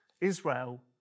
Israel